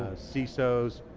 csos,